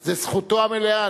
זו זכותו המלאה.